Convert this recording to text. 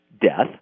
death